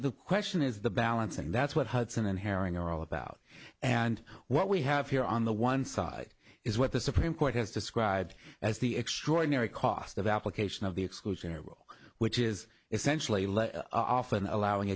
the question is the balance and that's what hudson and herring are all about and what we have here on the one side is what the supreme court has described as the extraordinary cost of application of the exclusionary rule which is essentially often allowing